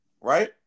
right